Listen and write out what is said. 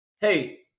hey